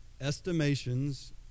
estimations